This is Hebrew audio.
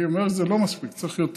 אני אומר שזה לא מספיק, צריך יותר.